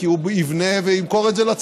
כי הוא יבנה וימכור את זה לציבור,